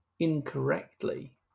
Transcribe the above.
incorrectly